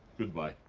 goodbye.